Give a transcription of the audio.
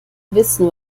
wissen